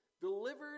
delivered